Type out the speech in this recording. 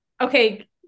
Okay